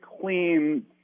clean